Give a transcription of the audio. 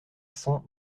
cent